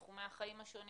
תחומי החיים השונים